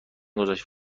گذاشت